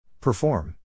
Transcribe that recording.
Perform